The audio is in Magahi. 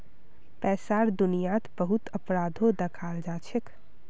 पैसार दुनियात बहुत अपराधो दखाल जाछेक